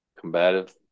Combative